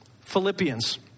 Philippians